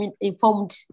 informed